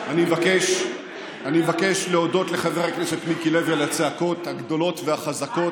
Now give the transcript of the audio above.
אני מבקש להודות לחבר הכנסת מיקי לוי על הצעקות הגדולות והחזקות.